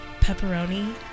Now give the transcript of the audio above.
pepperoni